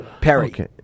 Perry